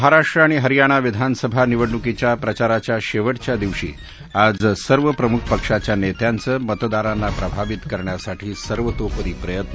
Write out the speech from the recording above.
महाराष्ट्र आणि हरियाणा विधानसभा निवडणुकीच्या प्रचाराच्या शेवटच्या दिवशी आज सर्व प्रमुख पक्षाच्या नेत्यांचे मतदारांना प्रभावित करण्यासाठी सर्वतोपरी प्रयत्न